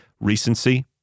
recency